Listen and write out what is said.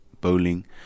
bowling